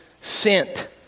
Sent